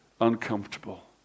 uncomfortable